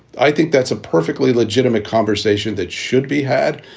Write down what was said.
i think that's a perfectly legitimate conversation that should be had.